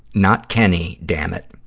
not kenny, damnit.